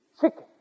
chicken